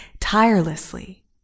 tirelessly